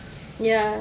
ya